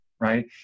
Right